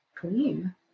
clean